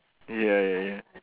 ya ya ya ya